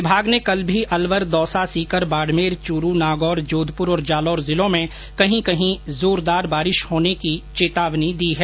विभाग ने कल भी अलवर दौसा सीकर बाड़मेर चूरू नागौर जोधपुर और जालौर जिलों में कहीं कहीं जोरदार बारिश होने की चेतावनी दी है